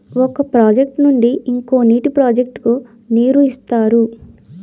ఒక ప్రాజెక్ట్ నుండి ఇంకో నీటి ప్రాజెక్ట్ కు నీరు ఇస్తారు